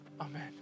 Amen